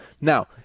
Now